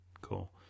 cool